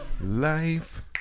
Life